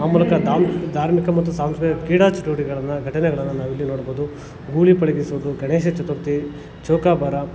ಆ ಮೂಲಕ ದಾಮ್ ಧಾರ್ಮಿಕ ಮತ್ತು ಸಾಂಸ್ಕೃತಿಕ ಕ್ರೀಡಾ ಚಟುವಟಿಕೆಗಳನ್ನು ಘಟನೆಗಳನ್ನು ನಾವಿಲ್ಲಿ ನೋಡಬಹುದು ಗೂಳಿ ಪಳಗಿಸುವುದು ಗಣೇಶ ಚತುರ್ಥಿ ಚೌಕಾಬಾರ